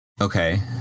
Okay